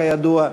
כידוע.